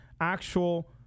actual